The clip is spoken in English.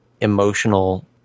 emotional